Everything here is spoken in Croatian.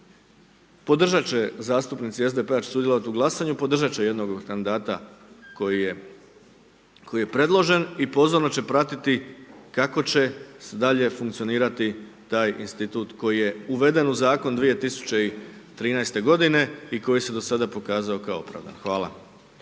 podržat će, zastupnici SDP-a će sudjelovati u glasanju, podržat će jednog od kandidata koji je predložen i pozorno će pratiti kako će dalje funkcionirati taj institut koji je uveden u Zakon 2013. godine, i koji se do sada pokazao kao opravdan. Hvala.